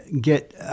get